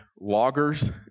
loggers